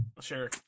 Sure